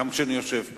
גם כשאני יושב פה,